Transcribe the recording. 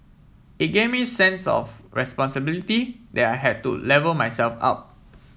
it gave me a sense of responsibility that I had to level myself up